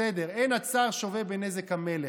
בסדר, "אין הצר שֹׁוֶה בנזק המלך".